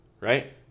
Right